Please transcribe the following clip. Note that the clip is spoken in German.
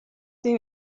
die